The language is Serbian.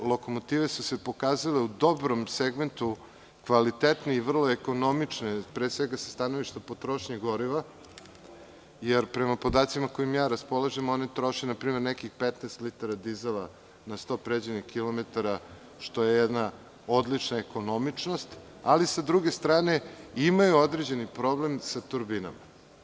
Te lokomotive su se pokazale u dobrom segmentu kvalitetne i vrlo ekonomične, pre svega sa stanovišta potrošnje goriva, jer prema podacima kojima ja raspolažem, one troše npr. nekih 15 litara dizela na 100 pređenih kilometara, što je jedna odlična ekonomičnost, ali sa druge strane imaju određeni problem sa turbinama.